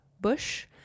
bush